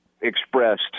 expressed